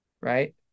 Right